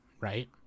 right